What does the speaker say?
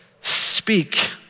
Speak